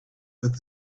but